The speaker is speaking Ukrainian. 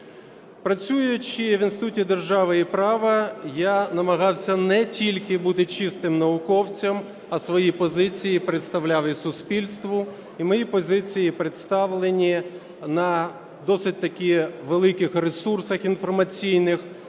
Працюючи в Інституті держави і права я намагався не тільки бути чистим науковцем, а свої позиції представляв і суспільству. І мої позиції представлені на досить-таки великих ресурсах інформаційних